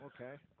Okay